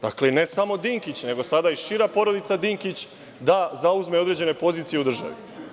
Dakle, ne samo Dinkić, sada i šira porodica Dinkić da zauzme određene pozicije u državi.